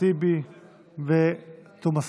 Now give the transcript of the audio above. טיבי ותומא סלימאן.